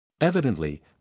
Evidently